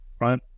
right